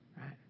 right